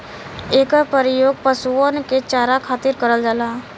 एकर परियोग पशुअन के चारा खातिर करल जाला